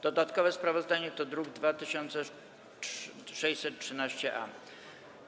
Dodatkowe sprawozdanie to druk nr 2613-A.